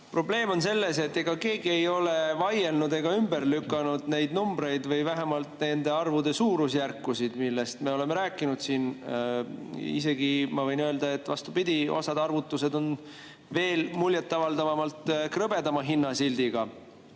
Probleem on selles, et ega keegi ei ole vaielnud ega ümber lükanud neid numbreid või vähemalt nende arvude suurusjärkusid, millest me oleme rääkinud siin. Isegi ma võin öelda, et vastupidi, osad arvutused on veel muljet avaldavamalt krõbedama hinnasildiga.